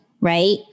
right